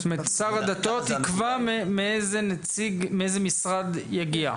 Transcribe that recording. זאת אומרת שר הדתות יקבע מאיזה משרד יגיע.